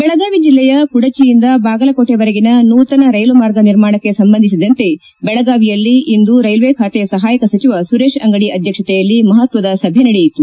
ಬೆಳಗಾವಿ ಜಿಲ್ಲೆಯ ಕುಡಚಿಯಿಂದ ಬಾಗಲಕೋಟೆವರೆಗಿನ ನೂತನ ರೈಲು ಮಾರ್ಗ ನಿರ್ಮಾಣಕ್ಕೆ ಸಂಬಂಧಿಸಿದಂತೆ ಬೆಳಗಾವಿಯಲ್ಲಿ ಇಂದು ರೈಲ್ಟೆ ಖಾತೆ ಸಹಾಯಕ ಸಚಿವ ಸುರೇಶ್ ಅಂಗಡಿ ಅಧ್ಯಕ್ಷತೆಯಲ್ಲಿ ಮಹತ್ವದ ಸಭೆ ನಡೆಯಿತು